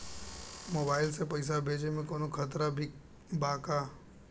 Mobile से पैसा भेजे मे कौनों खतरा भी बा का?